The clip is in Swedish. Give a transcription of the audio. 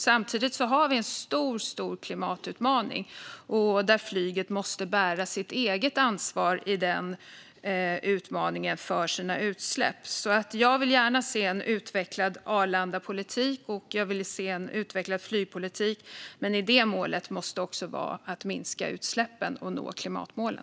Samtidigt har vi en mycket stor klimatutmaning, där flyget måste ta ansvar för sina egna utsläpp. Jag vill gärna se en utvecklad Arlandapolitik, och jag vill se en utvecklad flygpolitik. Men i detta mål måste också ingå att minska utsläppen och att nå klimatmålen.